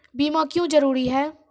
बीमा क्यों जरूरी हैं?